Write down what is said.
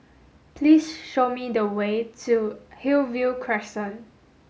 please show me the way to Hillview Crescent